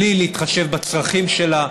בלי להתחשב בצרכים שלה.